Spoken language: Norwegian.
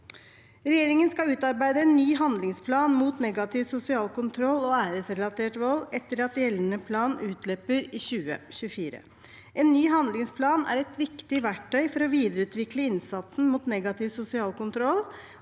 Regjeringen skal utarbeide en ny handlingsplan mot negativ sosial kontroll og æresrelatert vold etter at gjeldende plan utløper i 2024. En ny handlingsplan er et viktig verktøy for å videreutvikle innsatsen mot negativ sosial kontroll